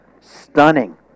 stunning